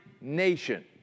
nation